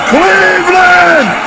Cleveland